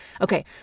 Okay